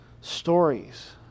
stories